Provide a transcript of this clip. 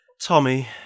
Tommy